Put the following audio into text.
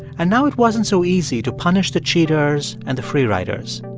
and now it wasn't so easy to punish the cheaters and the free riders.